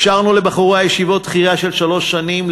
אפשרנו לבחורי הישיבות דחייה של שלוש שנים,